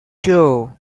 two